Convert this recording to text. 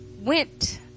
went